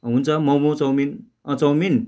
हुन्छ मोमो चउमिन अँ चउमिन